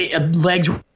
Legs